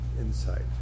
insight